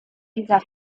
dieser